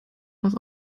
was